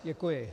Děkuji.